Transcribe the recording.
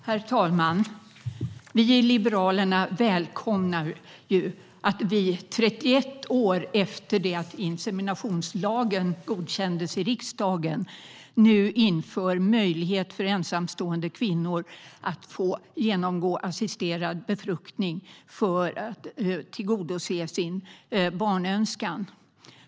Herr talman! Vi i Liberalerna välkomnar att riksdagen, 31 år efter att inseminationslagen godkändes, nu inför möjlighet för ensamstående kvinnor att genomgå assisterad befruktning för att tillgodose sin barnönskan.